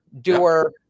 doer